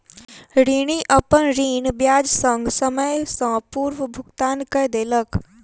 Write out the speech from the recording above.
ऋणी, अपन ऋण ब्याज संग, समय सॅ पूर्व भुगतान कय देलक